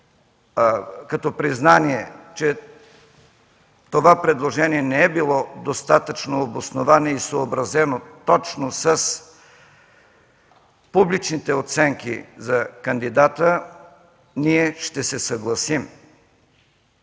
Делян Пеевски, че това предложение не е било достатъчно обосновано и съобразено точно с публичните оценки за кандидата, ние ще се съгласим.